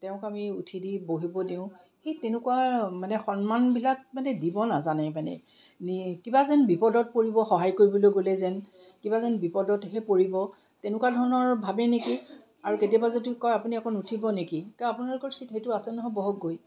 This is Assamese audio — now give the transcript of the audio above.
তেওঁক আমি উঠি দি বহিব দিওঁ সেই তেনেকুৱা মানে সন্মানবিলাক মানে দিব নাজানে মানে কিবা যে বিপদত পৰিব সহায় কৰিবলৈ গ'লে যেন কিবা যেন বিপদতহে পৰিব তেনেকুৱা ধৰণৰ ভাৱে নেকি আৰু কেতিয়াবা যদি কয় আপুনি অকণমান উঠিব নেকি আপোনালোকৰ ছিট সেইটো আছে নহয় বহকগৈ